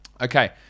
Okay